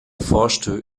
forschte